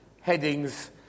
headings